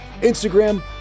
Instagram